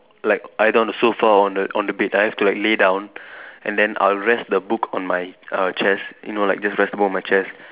like either on the sofa or on the on the bed I have to like lay down and then I'll rest the book on my err chest you know like just rest the book on my chest